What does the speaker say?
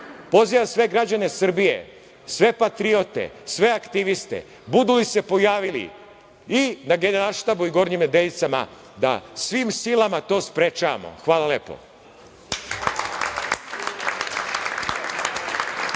Pozivam sve građane Srbije, sve patriote, sve aktiviste, budu li se pojavili i na Generalštabu i Gornjim Nedeljicama da svim silama to sprečavamo. Hvala.